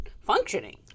functioning